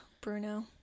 Bruno